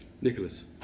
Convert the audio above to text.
Nicholas